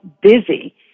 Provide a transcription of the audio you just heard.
busy